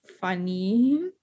funny